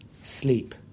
sleep